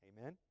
Amen